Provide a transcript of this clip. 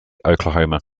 oklahoma